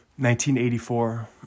1984